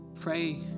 pray